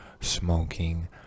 smoking